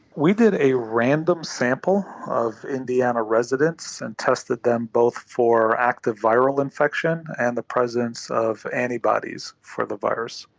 we did a random sample of indiana residents and tested them both for active viral infection and the presence of antibodies for the virus.